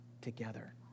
together